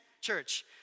church